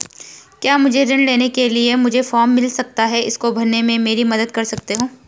क्या मुझे ऋण के लिए मुझे फार्म मिल सकता है इसको भरने में मेरी मदद कर सकते हो?